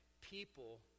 people